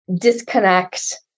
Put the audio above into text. disconnect